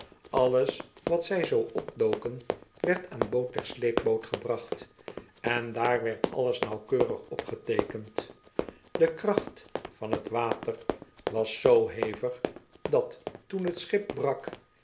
alles wat zij zoo opdoken werd aan boord der sleepboot gebracht en daar werd alles nauwkeurig opgeteekend de kracht van t water was zoo hevig dat toen t schip brak